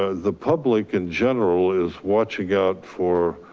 ah the public in general is watching out for